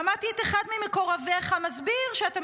שמעתי את אחד ממקורביך מסביר שאתה